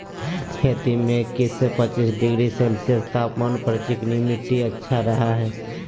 खेती में इक्किश से पच्चीस डिग्री सेल्सियस तापमान आर चिकनी मिट्टी अच्छा रह हई